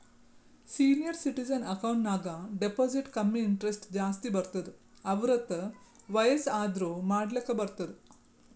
senior citizen account ನಾಗ್ deposit ಕಮ್ಮಿ interest ಜಾಸ್ತಿ ಬರ್ತುದ್ ಅರ್ವತ್ತ್ ವಯಸ್ಸ್ ಆದೂರ್ ಮಾಡ್ಲಾಕ ಬರ್ತುದ್